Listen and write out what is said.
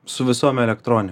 su visom elektroni